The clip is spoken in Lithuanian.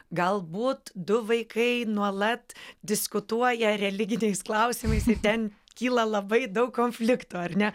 galbūt du vaikai nuolat diskutuoja religiniais klausimais ir ten kyla labai daug konfliktų ar ne